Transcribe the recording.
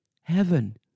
heaven